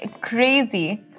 crazy